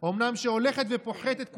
אומנם הולכת ופוחתת,